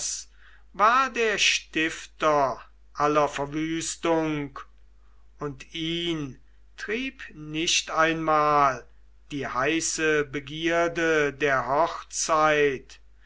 war der stifter aller verwüstung und ihn trieb nicht einmal die heiße begierde der hochzeit